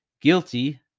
Guilty